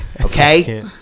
Okay